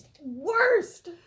Worst